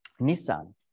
Nissan